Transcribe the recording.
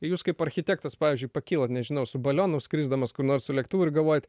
jūs kaip architektas pavyzdžiui pakilat nežinau su balionu skrisdamas kur nors su lektuvu ir galvojat